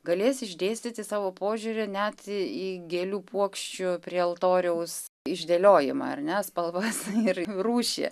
galės išdėstyti savo požiūrį net į gėlių puokščių prie altoriaus išdėliojimą ar ne spalvas ir rūšį